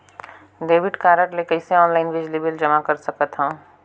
Debit card ले कइसे online बिजली बिल जमा कर सकथव?